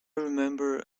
remember